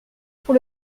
pour